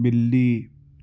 بلی